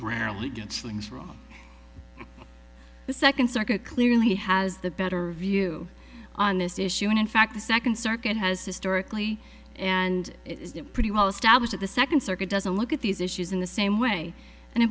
rarely gets things wrong the second circuit clearly has the better view on this issue and in fact the second circuit has historically and it pretty well established the second circuit doesn't look at these issues in the same way and i